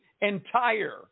entire